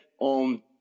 on